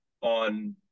on